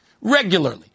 regularly